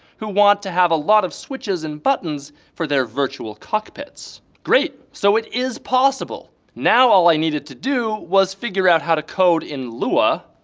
who want to have a lot of switches and buttons for their virtual cockpits great! so it is possible now all i needed to do was figure out how to code in lua.